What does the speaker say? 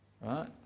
Right